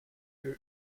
your